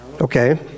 Okay